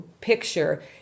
picture